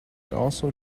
also